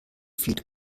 feed